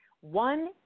one